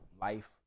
life